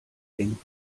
eng